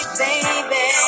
baby